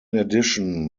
addition